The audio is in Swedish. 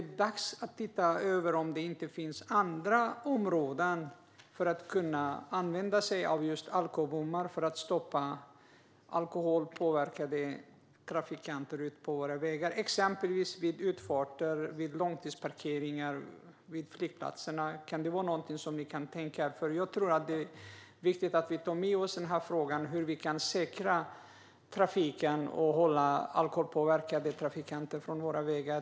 Är det inte dags att titta på om det finns andra områden där alkobommar kan användas för att hindra alkoholpåverkade trafikanter från att komma ut på våra vägar, exempelvis vid utfarter och långtidsparkeringar vid flygplatser? Är det något vi kan tänka oss? Jag tror att det är viktigt att vi tar med oss denna fråga: hur vi kan säkra trafiken och hålla alkoholpåverkade trafikanter från våra vägar.